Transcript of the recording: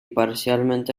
parcialmente